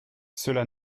cela